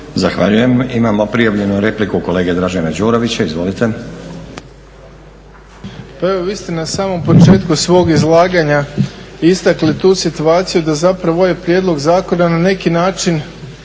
Zahvaljujem. Imamo prijavljenu repliku kolege Dražena Đurovića. Izvolite. **Đurović, Dražen (HDSSB)** Pa evo vi ste na samom početku svog izlaganja istakli tu situaciju da zapravo ovaj prijedlog zakona na neki način